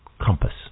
compass